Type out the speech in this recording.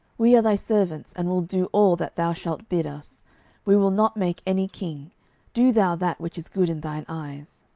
we are thy servants, and will do all that thou shalt bid us we will not make any king do thou that which is good in thine eyes.